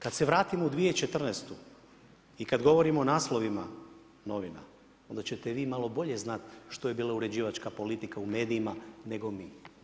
Kad se vratimo u 2014. i kad govorimo o naslovima novina, onda ćete vi malo bolje znat što je bila uređivačka politika u medijima nego mi.